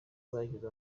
bagize